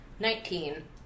Nineteen